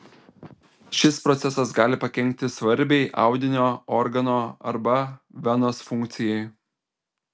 šis procesas gali pakenkti svarbiai audinio organo arba venos funkcijai